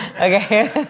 okay